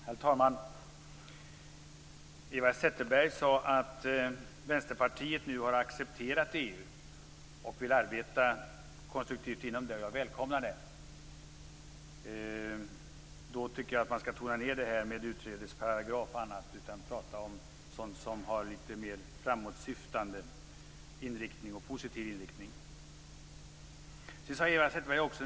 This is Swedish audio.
Herr talman! Eva Zetterberg sade att Vänsterpartiet nu har accepterat EU och vill arbeta konstruktivt inom unionen. Jag välkomnar detta. Då tycker jag också att man skall tona ned det här med utträdesparagraf och annat, och i stället prata om sådant som har litet mer framåtsyftande och positiv inriktning.